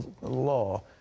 law